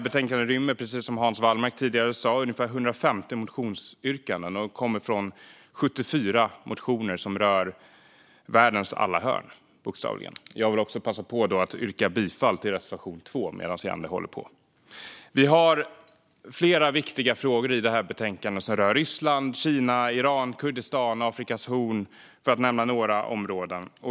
Betänkandet rymmer, precis som Hans Wallmark tidigare sa, ungefär 150 motionsyrkanden från 74 motioner som bokstavligen rör världens alla hörn. Jag vill passa på att yrka bifall till reservation 2. Det finns flera viktiga frågor i betänkandet som rör Ryssland, Kina, Iran, Kurdistan, Afrikas horn - för att nämna några områden.